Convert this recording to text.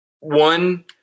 One